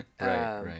right